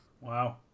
wow